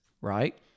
right